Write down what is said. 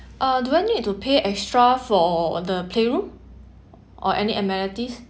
uh do I need to pay extra for the playroom or any amenities